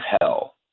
hell